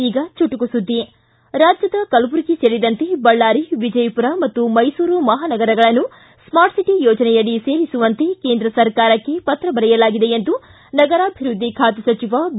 ಈಗ ಚುಟುಕು ಸುದ್ದಿ ರಾಜ್ಯದ ಕಲಬುರಗಿ ಸೇರಿದಂತೆ ಬಳ್ಳಾರಿ ವಿಜಯಪುರ ಮತ್ತು ಮೈಸೂರು ಮಹಾನಗರಗಳನ್ನು ಸ್ಮಾರ್ಟ್ ಸಿಟಿ ಯೋಜನೆಯಡಿ ಸೇರಿಸುವಂತೆ ಕೇಂದ್ರ ಸರ್ಕಾರಕ್ಕೆ ಪತ್ರ ಬರೆಯಲಾಗಿದೆ ಎಂದು ನಗರಾಭಿವ್ವದ್ದಿ ಖಾತೆ ಸಚಿವ ಬಿ